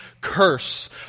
curse